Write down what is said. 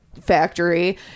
factory